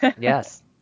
Yes